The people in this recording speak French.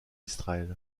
israël